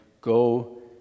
Go